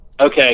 okay